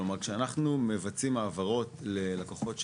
כלומר, כשאנחנו מבצעים העברות ללקוחות שלנו,